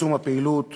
וצמצום הפעילות